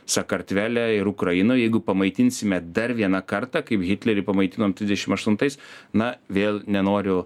sakartvele ir ukrainoj jeigu pamaitinsime dar vieną kartą kaip hitlerį pamaitinom trisdešim aštuntais na vėl nenoriu